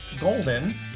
Golden